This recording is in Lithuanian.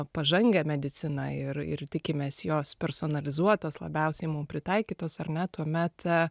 pažangią mediciną ir ir tikimės jos personalizuotos labiausiai mum pritaikytos ar ne tuomet